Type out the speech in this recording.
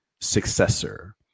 successor